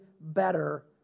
better